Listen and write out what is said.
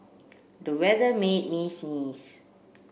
the weather made me sneeze